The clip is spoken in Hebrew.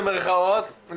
במרכאות,